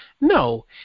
no